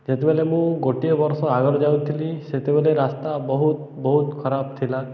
ଯେତେବେଳେ ମୁଁ ଗୋଟିଏ ବର୍ଷ ଆଗରୁ ଯାଉଥିଲି ସେତେବେଳେ ରାସ୍ତା ବହୁତ ବହୁତ ଖରାପ ଥିଲା